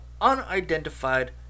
unidentified